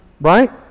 Right